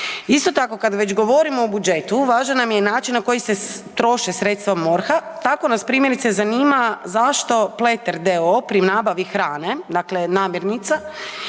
Isto tako kad već govorimo o budžetu važan nam je način na koji se troše sredstva MORH-a. Tako nas primjerice zanima zašto Pleter d.o.o. pri nabavi hrane, dakle namirnica,